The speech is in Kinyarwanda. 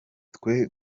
twe